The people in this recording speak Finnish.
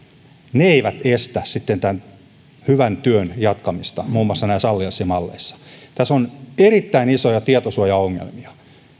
ne eivät estä sitten hyvän työn jatkamista muun muassa allianssimalleissa tässä on erittäin isoja tietosuojaongelmia